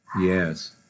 Yes